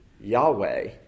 yahweh